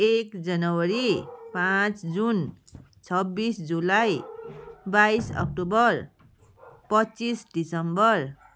एक जनवरी पाँच जुन छब्बिस जुलाई बाइस अक्टोबर पच्चिस डिसम्बर